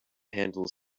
handles